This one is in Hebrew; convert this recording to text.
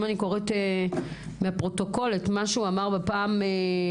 אני קוראת מהפרוטוקול את מה שהוא אמר בפעם הקודמת: